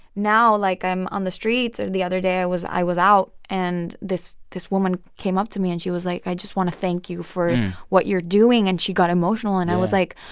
now, like, i'm on the streets or the other day, i was i was out, and this this woman came up to me. and she was like, i just want to thank you for what you're doing. and she got emotional yeah and i was like,